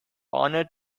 honour